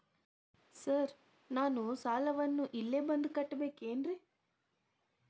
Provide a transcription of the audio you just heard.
Sir ನಾನು ಸಾಲವನ್ನು ಇಲ್ಲೇ ಬಂದು ಕಟ್ಟಬೇಕೇನ್ರಿ?